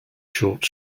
short